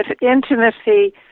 intimacy